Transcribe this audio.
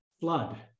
flood